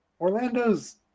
Orlando's